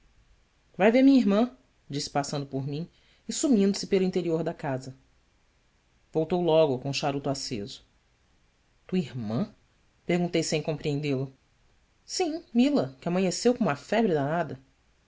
vai ver minha irmã disse passando por mim e sumindo se pelo interior da casa voltou logo com o charuto aceso ua irmã perguntei sem compreendê lo im ila que amanheceu com uma febre danada